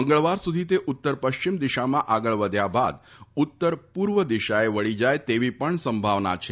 મંગળવાર સુધી તે ઉત્તર પશ્ચિમ દિશામાં આગળ વધ્યા બાદ ઉત્તર પૂર્વ દિશાએ વળી જાય તેવી પણ સંભાવના છે